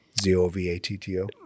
z-o-v-a-t-t-o